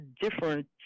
different